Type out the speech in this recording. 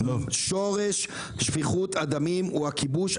שורש שפיכות הדמים הוא הכיבוש.